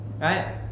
Right